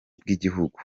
bw’igihugu